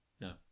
No